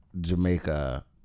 Jamaica